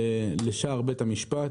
לשער בית המשפט.